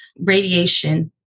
radiation